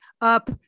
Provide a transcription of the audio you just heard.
up